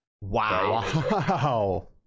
Wow